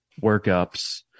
workups